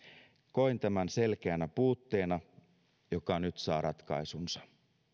koin tämän selkeänä puutteena joka nyt saa ratkaisunsa